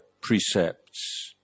precepts